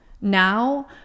now